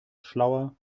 schlauer